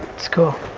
it's cool.